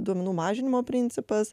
duomenų mažinimo principas